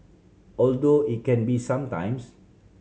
although it can be some times